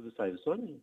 visai visuomenei